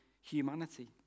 humanity